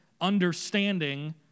understanding